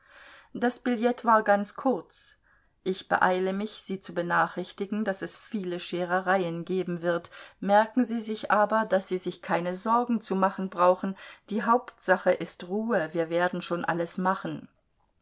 das billett war ganz kurz ich beeile mich sie zu benachrichtigen daß es viele scherereien geben wird merken sie sich aber daß sie sich keine sorgen zu machen brauchen die hauptsache ist ruhe wir werden schon alles machen